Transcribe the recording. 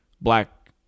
black